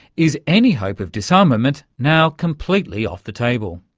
is any hope of disarmament now completely off the table?